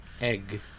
Egg